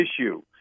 issue